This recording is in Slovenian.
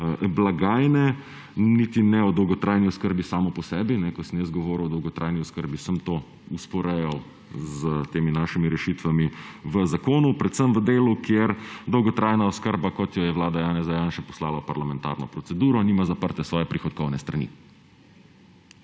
blagajne, niti ne o dolgotrajni oskrbi sami po sebi. Ko sem govoril o dolgotrajni oskrbi, sem to vzporejal s temi našimi rešitvami v zakonu, predvsem v delu, kjer dolgotrajna oskrba, kot jo je vlada Janeza Janše poslala v parlamentarno proceduro, nima zaprte svoje prihodkovne strani.